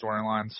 storylines